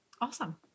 Awesome